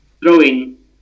throwing